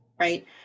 Right